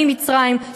ממצרים,